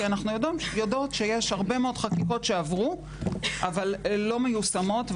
כי אנחנו יודעות שיש הרבה מאוד חקיקות שעברו אבל לא מיושמות.